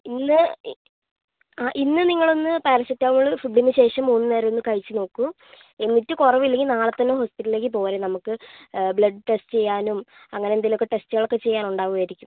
ഇന്ന് ഇന്നു നിങ്ങളൊന്ന് പാരസെറ്റാമോൾ ഫുഡ്ഡിനു ശേഷം മൂന്നു നേരം ഒന്ന് കഴിച്ചു നോക്കൂ എന്നിട്ട് കുറവില്ലെങ്കിൽ നാളെ തന്നെ ഹോസ്പിറ്റലിലേക്ക് പോര് നമുക്ക് ബ്ലഡ്ഡ് ടെസ്റ്റ് ചെയ്യാനും അങ്ങനെയെന്തെങ്കിലുമൊക്കെ ടെസ്റ്റുകളൊക്കെ ചെയ്യാൻ ഉണ്ടാവുമായിരിക്കും